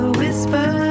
whisper